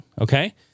Okay